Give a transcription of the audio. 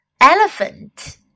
Elephant